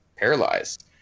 Paralyzed